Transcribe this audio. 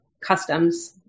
customs